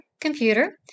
computer